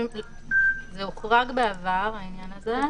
זה הוחרג, בעבר, העניין הזה.